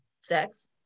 sex